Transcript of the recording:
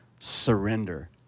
surrender